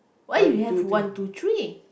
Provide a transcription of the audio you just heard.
one two three